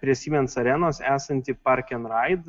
prie siemens arenos esanti park and ride